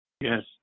Yes